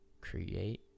Create